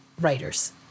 writers